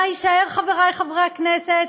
מה יישאר, חברי חברי הכנסת?